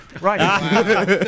Right